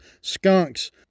skunks